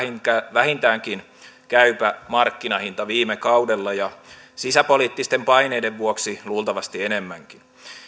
vähintäänkin käypä markkinahinta viime kaudella ja sisäpoliittisten paineiden vuoksi luultavasti enemmänkin